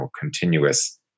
continuous